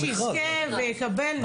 מי שיזכה יקבל.